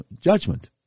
judgment